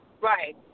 Right